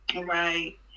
Right